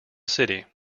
city